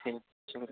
ٹھیک شکریہ